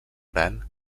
gran